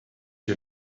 you